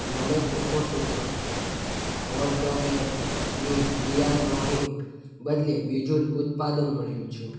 મને કોકોસૂત્ર હોટ ચોકલેટની લીઆનોની બદલે બીજું જ ઉત્પાદન મળ્યું છે